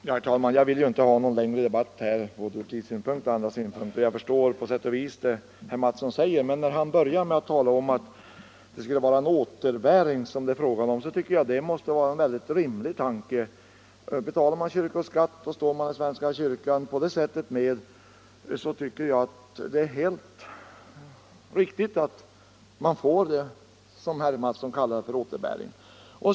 Herr talman! Jag vill inte ha någon längre debatt i denna fråga — från både tidssynpunkt och andra synpunkter. Jag förstår herr Mattsson i Lane-Herrestad på sätt och vis. Men när han säger att det skulle vara fråga om ”återbäring”, tycker jag att det måste vara en mycket rimlig tanke. Betalar man skatt till svenska kyrkan och på det sättet bidrar 111 till dess verksamhet tycker jag det är helt riktigt att man får vad herr Mattsson kallar för ”återbäring”.